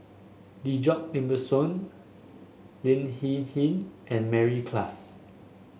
Djoko Wibisono Lin Hsin Hsin and Mary Klass